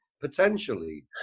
potentially